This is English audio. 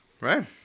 Right